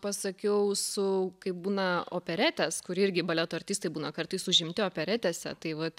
pasakiau su kai būna operetės kur irgi baleto artistai būna kartais užimti operetėse tai vat